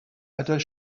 other